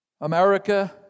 America